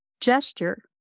gesture